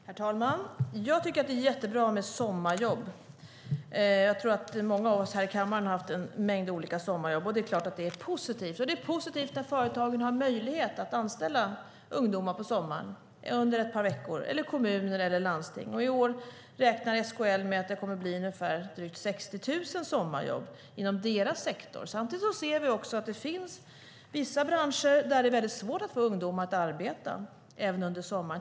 Herr talman! Jag tycker att det är jättebra med sommarjobb. Jag tror att många av oss har haft en mängd olika sommarjobb. Det är klart att det är positivt. Det är positivt att företag, kommuner och landsting har möjlighet att anställa ungdomar under ett par veckor på sommaren. I år räknar SKL med att det kommer att bli ungefär 60 000 sommarjobb inom deras sektor. Samtidigt finns det vissa branscher där det är svårt att få ungdomar att arbeta även under sommaren.